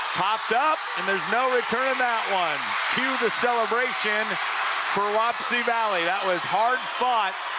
popped up, and there's no returnon that one cue the celebration for wapsie valley. that was hard fought,